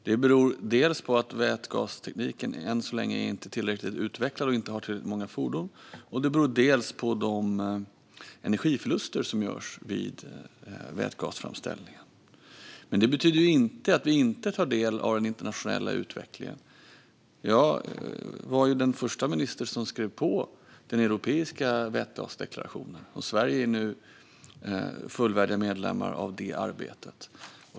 Det beror dels på att vätgastekniken än så länge inte är tillräckligt utvecklad och inte finns i tillräckligt många fordon, dels på de energiförluster som görs vid vätgasframställningen. Men det betyder inte att vi inte tar del av den internationella utvecklingen. Jag var den första minister som skrev på den europeiska vätgasdeklarationen, och Sverige är nu fullvärdig medlem i det arbetet.